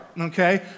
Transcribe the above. okay